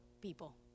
people